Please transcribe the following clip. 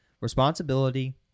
Responsibility